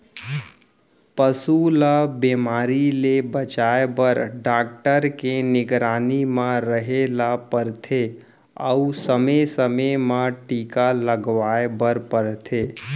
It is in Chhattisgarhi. पसू ल बेमारी ले बचाए बर डॉक्टर के निगरानी म रहें ल परथे अउ समे समे म टीका लगवाए बर परथे